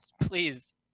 please